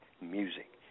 music